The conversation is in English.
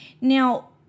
Now